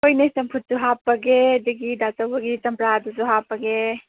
ꯍꯣꯏꯅꯦ ꯆꯝꯐꯨꯠꯁꯨ ꯍꯥꯞꯄꯒꯦ ꯑꯗꯒꯤ ꯗꯥ ꯆꯧꯕꯒꯤ ꯆꯝꯄ꯭ꯔꯥꯗꯨꯁꯨ ꯍꯥꯞꯄꯒꯦ